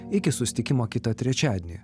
iki susitikimo kitą trečiadienį